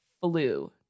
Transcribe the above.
flu